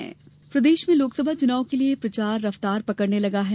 चुनाव प्रचार प्रदेश में लोकसभा चुनाव के लिए प्रचार रफ्तार पकड़ने लगा है